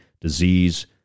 disease